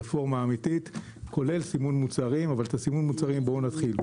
רפורמה אמיתית כולל סימון מוצרים אבל את סימון המוצרים נתחיל.